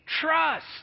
Trust